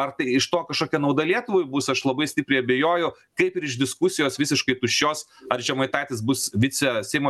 ar tai iš to kažkokia nauda lietuvai bus aš labai stipriai abejoju kaip ir iš diskusijos visiškai tuščios ar žemaitaitis bus vice seimo